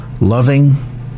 Loving